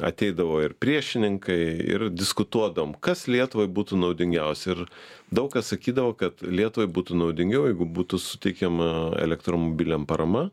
ateidavo ir priešininkai ir diskutuodavom kas lietuvai būtų naudingiausia ir daug kas sakydavo kad lietuvai būtų naudingiau jeigu būtų suteikiama elektromobiliam parama